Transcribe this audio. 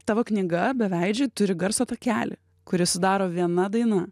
tavo knyga beveidžiai turi garso takelį kurį sudaro viena daina